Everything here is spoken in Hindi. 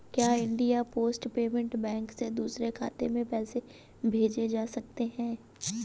क्या इंडिया पोस्ट पेमेंट बैंक से दूसरे खाते में पैसे भेजे जा सकते हैं?